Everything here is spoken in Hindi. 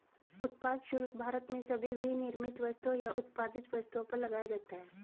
उत्पाद शुल्क भारत में सभी विनिर्मित वस्तुओं या उत्पादित वस्तुओं पर लगाया जाता है